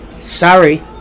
sorry